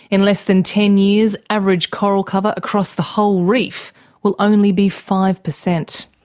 in less than ten years average coral cover across the whole reef will only be five percent.